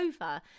over